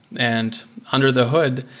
and under the hood,